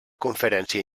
conferència